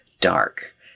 dark